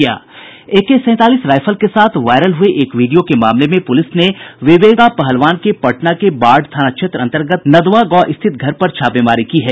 एके सैंतालीस राइफल के साथ वायरल हुए एक वीडियो के मामले में पुलिस ने विवेका पहलवान के पटना के बाढ़ थाना क्षेत्र अंतर्गत नदवां गांव स्थित घर पर छापेमारी की है